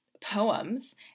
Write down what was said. poems